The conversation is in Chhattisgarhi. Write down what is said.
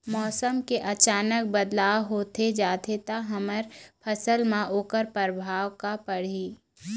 मौसम के अचानक बदलाव होथे जाथे ता हमर फसल मा ओकर परभाव का पढ़ी?